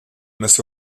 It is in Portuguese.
mas